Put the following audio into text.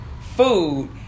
food